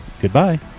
goodbye